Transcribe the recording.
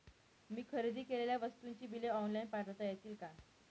मी खरेदी केलेल्या वस्तूंची बिले ऑनलाइन पाठवता येतील का?